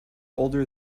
older